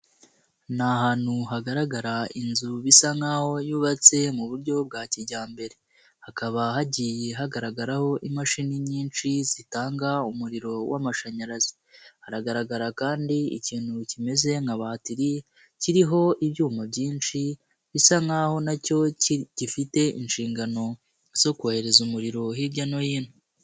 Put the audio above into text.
Ni ahantu hagaragara inzu bisa nk'aho yubatse mu buryo bwa kijyambere, hakaba hagiye hagaragaraho imashini nyinshi zitanga umuriro w'amashanyarazi, hagaragara kandi ikintu kimeze nka batiri kiriho ibyuma byinshi bisa nk'aho na cyo gifite inshingano zo kohereza umuriro hirya no hino.